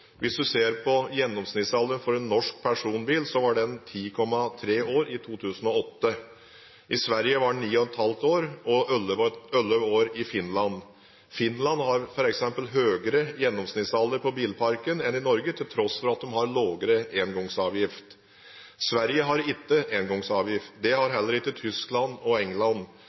Hvis du ser på gjennomsnittsalderen for en norsk personbil, var den 10,3 år i 2008, i Sverige var den 9,5 år og 11 år i Finland. Finland har høyere gjennomsnittalder på bilparken enn Norge til tross for at de har lavere engangsavgift. Sverige har ikke engangsavgift. Det har heller ikke Tyskland og England.